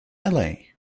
alley